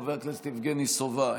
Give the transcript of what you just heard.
חבר הכנסת יבגני סובה,